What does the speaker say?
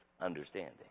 understanding